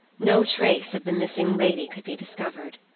no trace of the missing lady could be discovered.